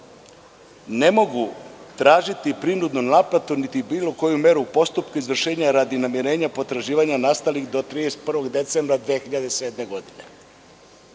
ne mogu tražiti prinudnu naplatu niti bilo koju meru u postupku izvršenja radi namirenja potraživanja nastalih do 31. decembra 2007. godine,